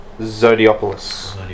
Zodiopolis